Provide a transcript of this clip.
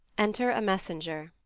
enter a messenger.